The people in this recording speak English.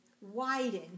widen